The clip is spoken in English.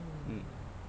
mm